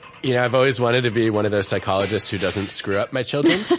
yeah. i've always wanted to be one of those psychologists who doesn't screw up my children.